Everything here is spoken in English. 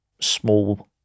small